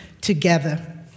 together